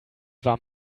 warm